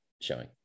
showing